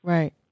Right